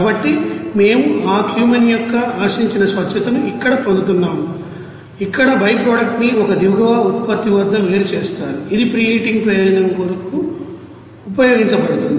కాబట్టి మేము ఆ క్యూమెన్ యొక్క ఆశించిన స్వచ్ఛతను ఇక్కడకు పొందుతున్నాము ఇక్కడ బై ప్రోడక్ట్ ని ఒక దిగువ ఉత్పత్తివద్ద వేరు చేస్తారు ఇది ప్రీహీటింగ్ ప్రయోజనం కోసం ఉపయోగించబడుతుంది